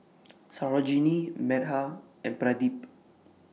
Sarojini Medha and Pradip